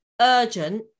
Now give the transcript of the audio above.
urgent